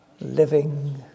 living